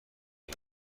بگی